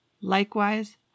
Likewise